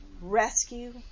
rescue